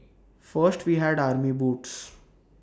first we had army boots